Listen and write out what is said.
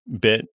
bit